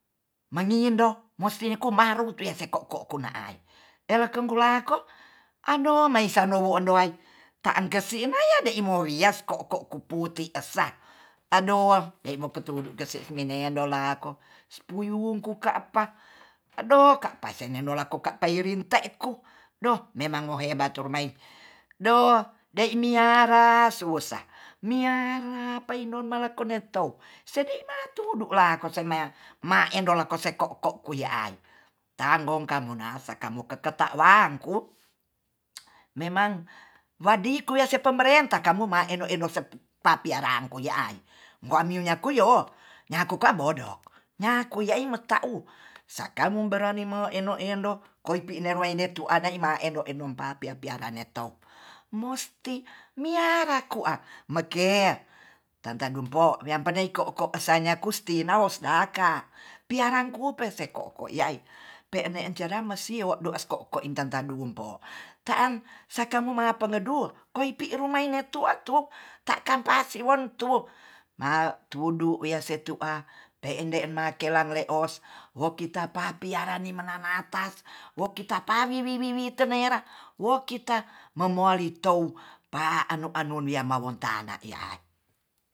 Mangindong mosi komaru tese ko-ko-ko ku'nai ele kong gulako ando maisa nowu underai ta angga ge'sin naya dei morias ko-ko kuputi esah adoh ei moketu kese menenn dolako spuyuwungku kapa adoh ka'pa se nen dolako ka'pa irin te ku doh memang mo hebat tu mai dohh demiara susah miara peindon malakorne to sedi mala tudu lako sema maen dolako seko-ko kui ai tangon kamonas kamu ka ketawang ku memang wadi kuwe se pemertah kamu ma eno-eno sepapiarang kulian maminya kuyo o nyaku kwa bodok nyaku nyaku ya ing merta u sadalmu berani maendo-endo koinpi neredet tu ana ima ma endo-endo koipi nerene tu ana ima endo-endo pa piar piarane to mosti miarakua meke tanta gumpo wian paiko ko ko sanya kusti naos da ka rangku perseko ko yai pe'ne ceram masio du ko-ko sanya kusti naos naka parangku perse ko-ko ya i pene jaram masio doas ko-ko inta-tan du wungpo ta'an sakamu mangapa no duo koipi rumai ne antu takam pa sion tu ma tudu wea se tu a pe ende nakelamle os wokita papiara ne menanatas wo kita pa ri wi ri wi tenaera wo kita momualitou pa anu anu wiamawon tana ee a'